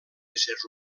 éssers